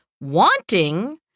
Wanting